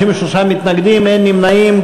53 מתנגדים, אין נמנעים.